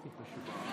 הכי פשוט.